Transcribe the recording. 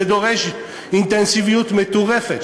זה דורש אינטנסיביות מטורפת,